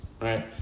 right